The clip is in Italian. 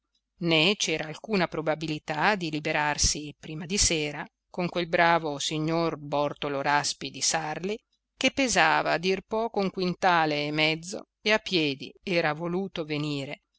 né c'era alcuna probabilità di liberarsi prima di sera con quel bravo signor bortolo raspi di sarli che pesava a dir poco un quintale e mezzo e a piedi era